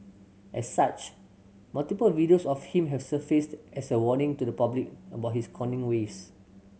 as such multiple videos of him have surfaced as a warning to the public about his conning ways